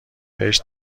بهش